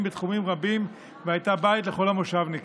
בתחומים רבים והייתה בית לכל המושבניקים.